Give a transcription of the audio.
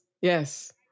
Yes